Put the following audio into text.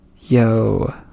yo